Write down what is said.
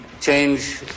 change